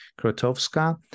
Krotowska